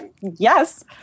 Yes